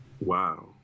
Wow